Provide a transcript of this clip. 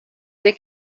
der